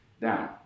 down